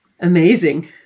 Amazing